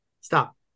stop